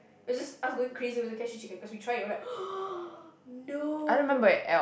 it was just us going crazy over the cashew chicken cause we tried it we were like no